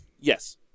yes